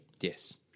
Yes